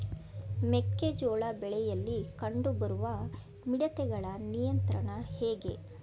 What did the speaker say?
ಮೆಕ್ಕೆ ಜೋಳ ಬೆಳೆಯಲ್ಲಿ ಕಂಡು ಬರುವ ಮಿಡತೆಗಳ ನಿಯಂತ್ರಣ ಹೇಗೆ?